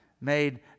made